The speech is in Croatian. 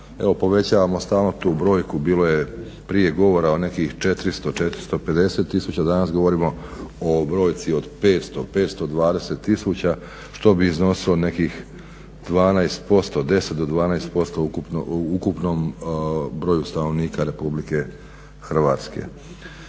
povećavamo stalno tu brojku, bilo je prije govora o nekih 400-450 tisuća, danas govorimo o brojci od 500-520 tisuća što bi iznosilo nekih 12%, 10-12% u ukupnom broju stanovnika RH. O tome